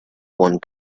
one